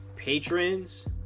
patrons